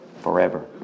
forever